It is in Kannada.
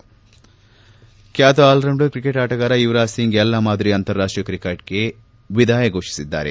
ಬ್ಬಾತ ಆಲ್ರೌಂಡರ್ ಕ್ರಿಕೆಟ್ ಆಟಗಾರ ಯುವರಾಜ್ ಸಿಂಗ್ ಎಲ್ಲ ಮಾದರಿಯ ಅಂತಾರಾಷ್ಟೀಯ ಕ್ರಿಕೆಟ್ಗೆ ವಿದಾಯ ಫೋಷಿಸಿದ್ದಾರೆ